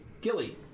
Gilly